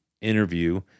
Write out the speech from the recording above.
interview